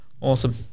Awesome